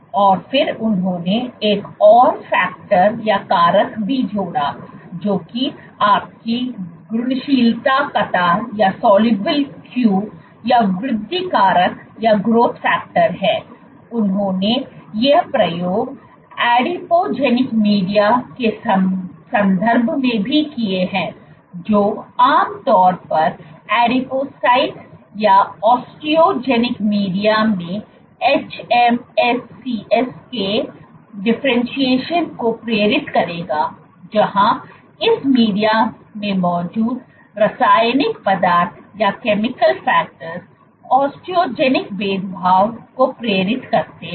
और फिर उन्होंने एक और कारक भी जोड़ा जो कि आपकी घुलनशील कतार या वृद्धि कारक है उन्होंने ये प्रयोग एडिपोजेनिक मीडिया के संदर्भ में भी किए हैं जो आम तौर पर एडिपोसाइट्स या ओस्टियोजेनिक मीडिया में hMSCs के डिफरेंटशिएशन को प्रेरित करेगा जहां इस मीडिया में मौजूद रासायनिक पदार्थ ओस्टोजेनिक भेदभाव को प्रेरित करते हैं